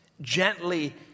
Gently